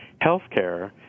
healthcare